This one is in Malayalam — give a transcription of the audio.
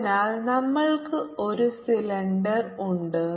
അതിനാൽ നമ്മൾക്ക് ഒരു സിലിണ്ടർ ഉണ്ട്